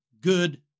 good